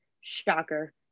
shocker